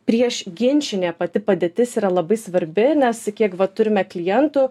prieš ginčinė pati padėtis yra labai svarbi nes kiek va turime klientų